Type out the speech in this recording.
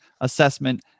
assessment